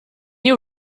you